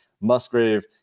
Musgrave